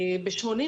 ב-84'